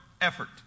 effort